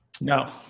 No